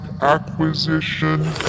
acquisition